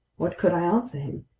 what could i answer him?